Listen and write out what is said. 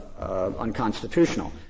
unconstitutional